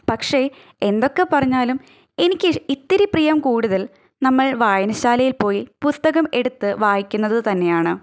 പക്ഷെ എന്തൊക്കെ പറഞ്ഞാലും എനിക്ക് ഇത്തിരി പ്രിയം കൂടുതൽ നമ്മൾ വായനശാലയിൽ പോയി പുസ്തകം എടുത്ത് വായിക്കുന്നതു തന്നെയാണ്